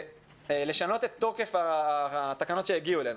לשנות את תוקף התקנות שהגיעו אלינו.